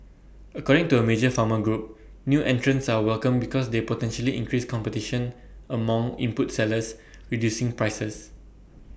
according to A major farmer group new entrants are welcome because they potentially increase competition among input sellers reducing prices